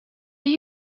are